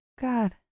God